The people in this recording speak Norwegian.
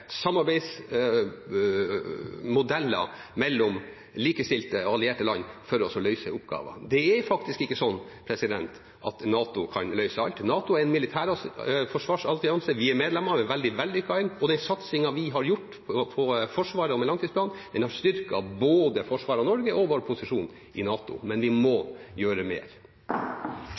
samarbeidsmodeller mellom likestilte og allierte land for å løse oppgavene. Det er faktisk ikke sånn at NATO kan løse alt. NATO er en militær forsvarsallianse – vi er medlemmer – den er veldig vellykket, og den satsingen vi har gjort på Forsvaret og med langtidsplanen, har styrket både forsvaret av Norge og vår posisjon i NATO. Men vi må gjøre mer.